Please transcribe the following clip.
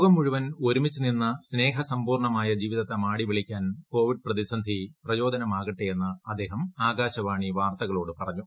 ലോകം മുഴുവൻ ഒരുമിച്ച് നിന്ന് സ്നേഹസമ്പൂർണ്ണമായ ജീവിതത്തെ മാടിവിളിക്കാൻ കോവിഡ് പ്രതിസന്ധി പ്രചോദനമാകട്ടെയെന്ന് അദ്ദേഹം ആകാശവാണി വാർത്തകളോട് പറഞ്ഞു